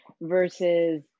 Versus